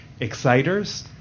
exciters